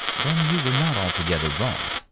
then you were not altogether wrong.